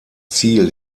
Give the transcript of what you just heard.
ziel